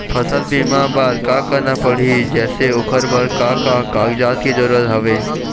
फसल बीमा बार का करना पड़ही जैसे ओकर बर का का कागजात के जरूरत हवे?